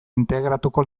integratuko